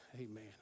amen